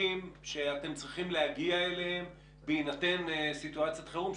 שאתם צריכים להגיע אליהם בהינתן סיטואציית חירום,